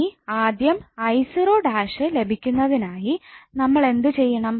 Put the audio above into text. ഇനി ആദ്യം 𝑖′0 ലഭിക്കുന്നതിനായി നമ്മളെന്തു ചെയ്യണം